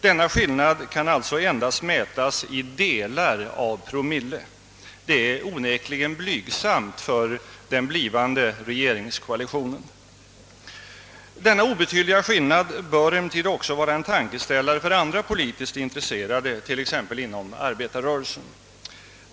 Denna skillnad kan alltså endast mätas i delar av promille. Det är onekligen blygsamt. Denna obetydliga skillnad bör emellertid också vara en tankeställare för andra politiskt intresserade, t.ex. inom arbetarrörelsen.